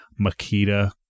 Makita